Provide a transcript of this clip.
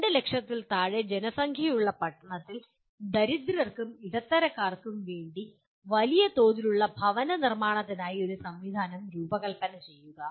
2 ലക്ഷത്തിൽ താഴെ ജനസംഖ്യയുള്ള പട്ടണത്തിൽ ദരിദ്രർക്കും ഇടത്തരക്കാർക്കും വേണ്ടി വലിയ തോതിലുള്ള ഭവന നിർമ്മാണത്തിനായി ഒരു സംവിധാനം രൂപകൽപ്പന ചെയ്യുക